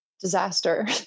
disaster